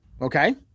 Okay